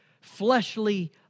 Fleshly